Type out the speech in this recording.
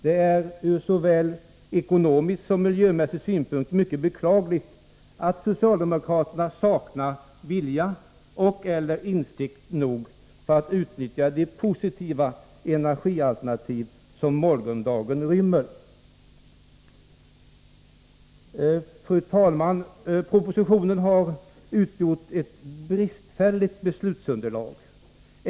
Det är ur såväl ekonomisk som miljömässig synpunkt mycket beklagligt att socialdemokraterna saknar vilja och/eller insikt nog för att utnyttja de positiva energialternativ som morgondagen rymmer. Fru talman! Propositionen har utgjort ett bristfälligt beslutsunderlag.